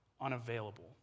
unavailable